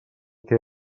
que